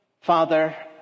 father